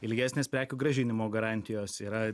ilgesnės prekių grąžinimo garantijos yra